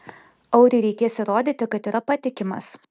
auriui reikės įrodyti kad yra patikimas